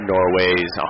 Norways